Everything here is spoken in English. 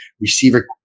Receiver